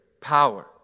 power